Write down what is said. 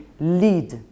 lead